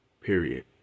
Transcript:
Period